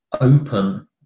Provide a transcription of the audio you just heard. open